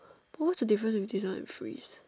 but what's the difference between this one and freeze